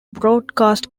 broadcast